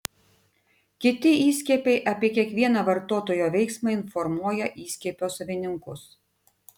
kiti įskiepiai apie kiekvieną vartotojo veiksmą informuoja įskiepio savininkus